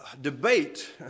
debate